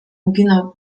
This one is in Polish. uginał